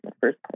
first